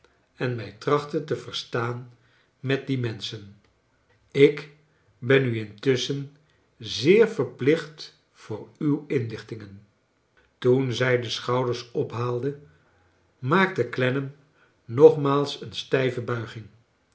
en mij trachten te verstaan met die menschen ik ben u intusschen zeer verplicht voor uwe inlichtingen toen zij de schouders ophaalde maakte clennam nogmaals een stqve buiging